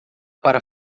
para